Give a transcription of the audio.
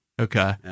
Okay